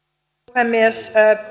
puhemies